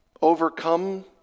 overcome